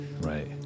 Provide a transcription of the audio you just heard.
Right